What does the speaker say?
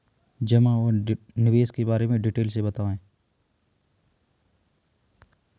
जमा और निवेश के बारे में डिटेल से बताएँ?